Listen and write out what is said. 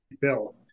Bill